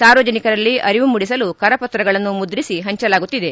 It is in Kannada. ಸಾರ್ವಜನಿಕರಲ್ಲಿ ಅರಿವು ಮೂಡಿಸಲು ಕರಪತ್ರಗಳನ್ನು ಮುದ್ರಿಸಿ ಹಂಚಲಾಗುತ್ತಿದೆ